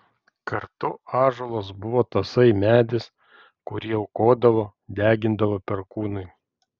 kartu ąžuolas buvo tasai medis kurį aukodavo degindavo perkūnui